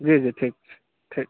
जी जी ठीक छै ठीक